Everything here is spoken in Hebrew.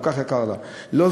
כל כך יקר לה.